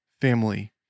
family